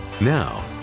Now